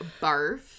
barf